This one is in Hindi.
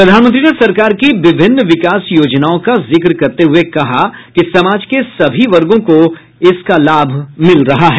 प्रधानमंत्री ने सरकार की विभिन्न विकास योजनाओं का जिक्र करते हुए कहा कि समाज के सभी वर्गों को इसका लाभ मिल रहा है